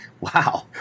wow